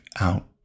out